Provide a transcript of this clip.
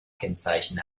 kennzeichen